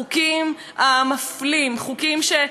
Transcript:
חוקים שיוצרים את התחושה הנוראית